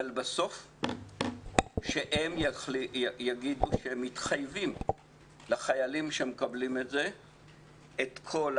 אבל בסוף שהם יגידו שהם מתחייבים לחיילים שמקבלים את זה להשלים